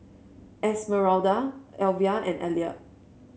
Esmeralda Alvia and Elliot